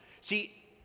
see